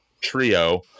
trio